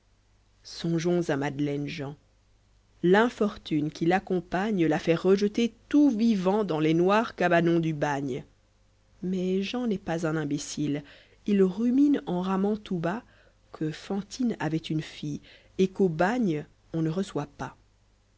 songeons à madeleine jean l'infortune qui l'accompagne l'ja fait rejeter tout vivant dans les noirs cabanons du bagne mais jean n'est pas un imbécile il rumine en ramant tout bas que faotine avait une fille et nu'aù bagne on ne reçoit pas